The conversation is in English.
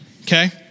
Okay